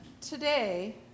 today